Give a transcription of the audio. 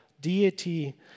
deity